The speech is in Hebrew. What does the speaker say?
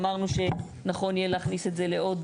אמרנו שנכון יהיה להכניס את זה לעוד,